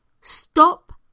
stop